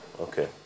Okay